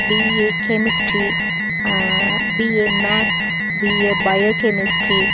BA chemistry BA maths BA bio chemistry